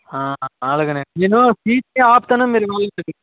ఆ అలాగేనండి నేను సీట్ ని ఆపుతాను మీరు వెళ్లి